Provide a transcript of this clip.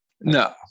No